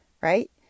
right